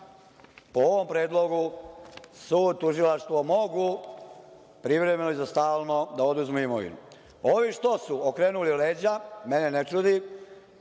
po ovom predlogu sud i tužilaštvo mogu privremeno i za stalno da oduzme imovinu. Ovim što su okrenuli leđa mene ne čudi